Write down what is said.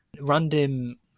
Random